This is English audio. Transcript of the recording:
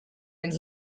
and